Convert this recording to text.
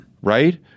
right